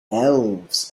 elves